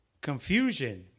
confusion